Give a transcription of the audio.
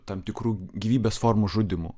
tam tikrų gyvybės formų žudymu